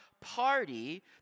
party